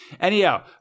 anyhow